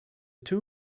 two